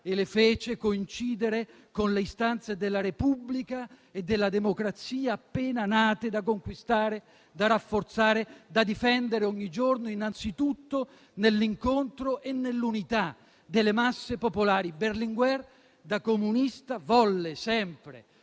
che fece coincidere con le istanze della Repubblica e della democrazia appena nate, da conquistare, da rafforzare e da difendere ogni giorno innanzitutto nell'incontro e nell'unità delle masse popolari. Berlinguer, da comunista, volle sempre,